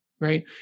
Right